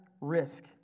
risk